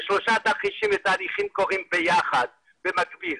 בשלושת התרחישים התהליכים קורים ביחד, במקביל.